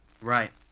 Right